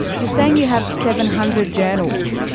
you're saying you have seven hundred journals.